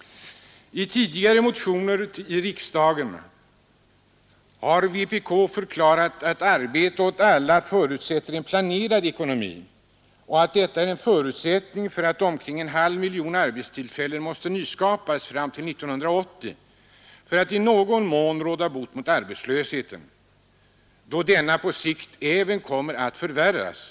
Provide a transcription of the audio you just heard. I tidigare motioner till riksdagen har vpk förklarat att arbete åt alla förutsätter en planerad ekonomi och att detta är en förutsättning för att omkring en halv miljon arbetstillfällen skall kunna nyskapas fram till 1980, vilket är nödvändigt för att i någon mån råda bot på arbetslösheten, då denna på sikt även kommer att förvärras.